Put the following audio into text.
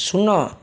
ଶୂନ